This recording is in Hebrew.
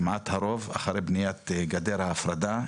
כמעט הרוב אחרי בניית גדר ההפרדה,